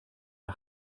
der